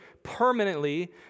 Permanently